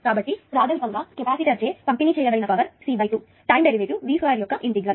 కాబట్టి ప్రాధమికంగా కెపాసిటర్ చే పంపిణీ చేయబడిన పవర్ C2 టైం డెరివేటివ్V2 యొక్క ఇంటెగ్రల్